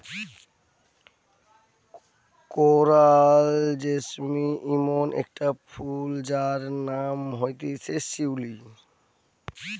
coral jasmine ইমন একটা ফুল যার নাম হতিছে শিউলি